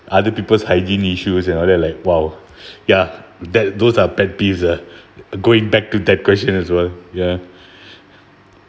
other people's hygiene issues and all that like !wow! ya that those are pet peeves ah going back to that question as well ya